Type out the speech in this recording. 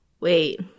wait